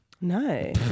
No